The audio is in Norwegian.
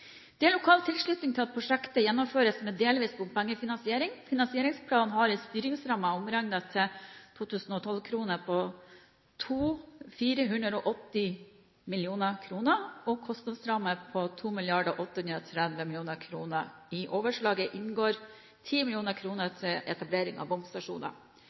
Det er lokal tilslutning til at prosjektet gjennomføres med delvis bompengefinansiering. Finansieringsplanen har en styringsramme, omregnet til 2012-kroner, på 2 480 mill. kr og kostnadsramme på 2 830 mill. kr. I overslaget inngår 10 mill. kr til etablering av bomstasjoner.